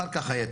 אחר כך היתר,